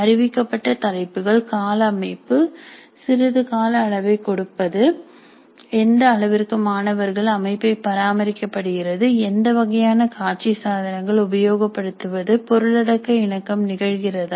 அறிவிக்கப்பட்ட தலைப்புகள் கால அமைப்பு சிறிது கால அளவை கொடுப்பது எந்த அளவிற்கு மாணவர்கள் அமைப்பை பராமரிக்கப்படுகிறது எந்த வகையான காட்சி சாதனங்கள் உபயோகப்படுத்துவது பொருளடக்க இணக்கம் நிகழ்கிறதா